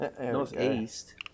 Northeast